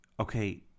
Okay